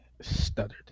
stuttered